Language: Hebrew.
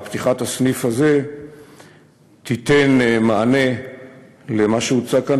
פתיחת הסניף הזה תיתן מענה למה שהוצג כאן,